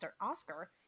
Oscar